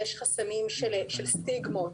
יש חסמים של סטיגמות.